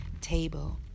table